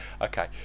Okay